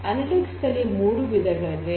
analytics ನಲ್ಲಿ ಮೂರು ವಿಧಗಳಿವೆ